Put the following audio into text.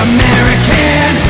American